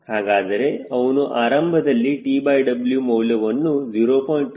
ಹಾಗಾದರೆ ಅವನು ಆರಂಭದಲ್ಲಿ TW ಮೌಲ್ಯವನ್ನು 0